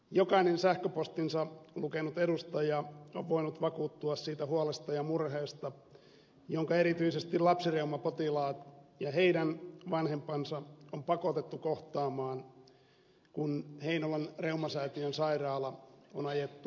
jokainen sähköpostinsa lukenut edustaja on voinut vakuuttua siitä huolesta ja murheesta jonka erityisesti lapsireumapotilaat ja heidän vanhempansa on pakotettu kohtaamaan kun heinolan reumasäätiön sairaala on ajettu konkurssiin